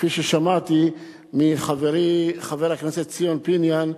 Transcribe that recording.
כפי ששמעתי מחברי חבר הכנסת ציון פיניאן,